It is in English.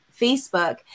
Facebook